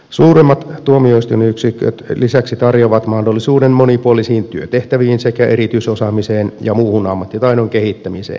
suuremmat tuomioistuinyksiköt lisäksi tarjoavat mahdollisuuden monipuolisiin työtehtäviin sekä erityisosaamisen ja muun ammattitaidon kehittämiseen